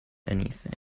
anything